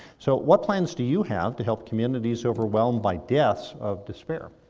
so what plans do you have to help communities overwhelmed by deaths of despair?